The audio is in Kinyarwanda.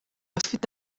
afite